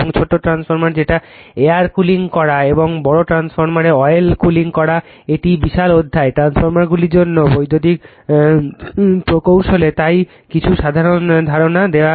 এবং ছোট ট্রান্সফরমার যেটা এয়ার কুলিং করা এবং বড় ট্রান্সফরমারে ওয়েল কুলিং করা একটি বিশাল অধ্যায় ট্রান্সফরমারগুলির জন্য বৈদ্যুতিক প্রকৌশলে তাই কিছু সাধারণ ধারণা দেওয়ার জন্য